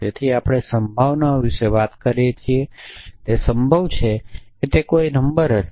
તેથી આપણે સંભાવનાઓ વિશે વાત કહીએ છીએ તે સંભવ છે કે તે કોઈ નંબર હશે